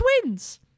twins